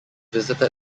visited